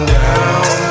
down